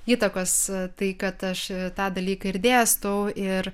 įtakos tai kad aš tą dalyką ir dėstau ir